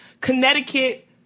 connecticut